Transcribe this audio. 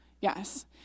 Yes